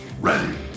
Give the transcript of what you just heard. Ready